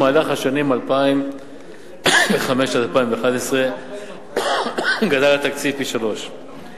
במהלך השנים 2005 2011 גדל התקציב פי-שלושה.